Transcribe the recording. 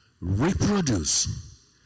reproduce